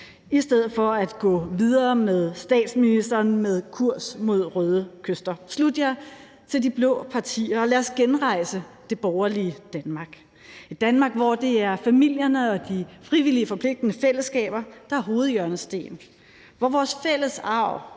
i stedet for at gå videre med statsministeren med kurs mod røde kyster. Slut jer til de blå partier, og lad os genrejse det borgerlige Danmark, et Danmark, hvor det er familierne og de frivillige forpligtende fællesskaber, der er hovedhjørnesten, hvor vores fælles arv